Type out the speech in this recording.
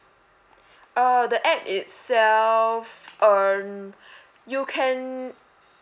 uh the app itself um you can